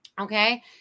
Okay